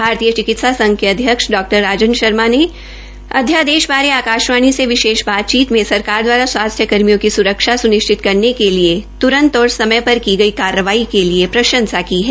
भारतीय चिकित्सा संघ के अध्यक्ष डॉ राजन शर्मा ने अध्यादेश बारे आकाशवाणी से विशेष बातचीत में सरकार दवारा स्वास्थ्य कर्मियों की सुरखा सुनिश्चित करने के लिए तुरंत और समय पर की गई कार्रवाई के लिए प्रशंसा की है